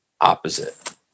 opposite